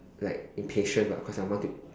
like impatient [what] cause I want to